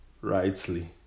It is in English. rightly